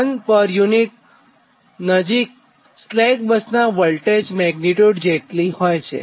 0 પર યુનિટની નજીક સ્લેક બસનાં વોલ્ટેજ મેગ્નીટ્યુડ જેટલી હોય છે